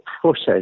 process